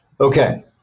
Okay